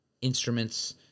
instruments